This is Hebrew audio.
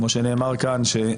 כמו שנאמר כאן,